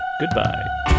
goodbye